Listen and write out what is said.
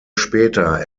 später